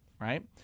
Right